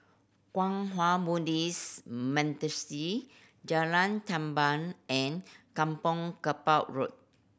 Kwang Hua Buddhist Monastery Jalan Tamban and Kampong Kapor Road